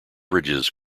bridges